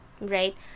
right